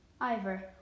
Ivor